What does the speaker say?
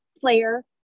player